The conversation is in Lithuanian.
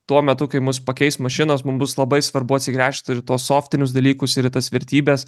tuo metu kai mus pakeis mašinos mum bus labai svarbu atsigręžt ir į tuos softinius dalykus ir į tas vertybes